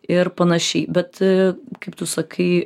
ir panašiai bet kaip tu sakai